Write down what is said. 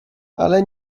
ale